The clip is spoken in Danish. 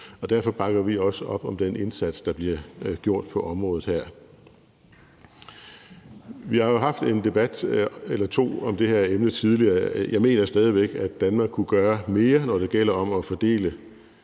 Derfor bakker vi også op om den indsats, der bliver gjort på området dér. Vi har jo haft en debat eller to om det her emne tidligere. Jeg mener stadig væk, at Danmark kunne gøre mere, når det gælder om at fordele